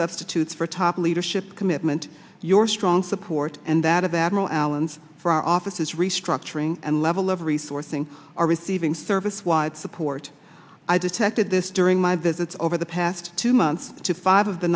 substitutes for top leadership commitment your strong support and that of admiral allen's for our offices restructuring and level of resourcing are receiving service wide support i detected this during my visits over the past two months to five of the